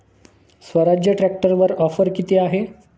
स्वराज्य ट्रॅक्टरवर ऑफर किती आहे?